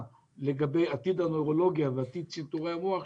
לגבי עתיד הנוירולוגיה ועתיד צנתורי המוח.